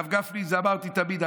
את זה אמרתי תמיד,